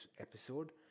episode